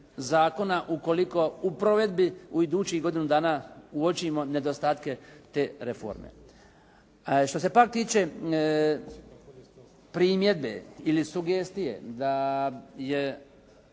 zakona ukoliko u provedbi u idućih godinu dana uočimo nedostatke te reforme. A što se pak tiče primjedbe ili sugestije da se